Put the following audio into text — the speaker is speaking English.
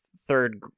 third